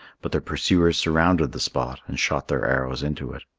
but their pursuers surrounded the spot and shot their arrows into it.